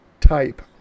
Type